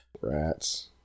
rats